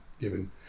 given